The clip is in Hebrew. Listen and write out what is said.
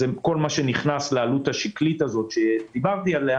זה כל מה שנכנס לעלות השקלית הזאת שדיברתי עליה